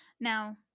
Now